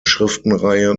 schriftenreihe